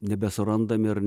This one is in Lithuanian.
nebesurandam ir